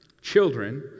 children